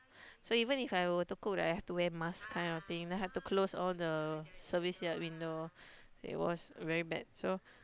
so even If I were to cook right I have to wear mask kind of thing then I have to close all the service yard window it was very bad so